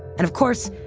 and of course,